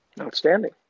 Outstanding